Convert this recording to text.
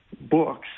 books